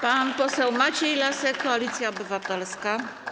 Pan poseł Maciej Lasek, Koalicja Obywatelska.